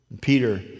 Peter